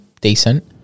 decent